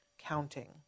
Counting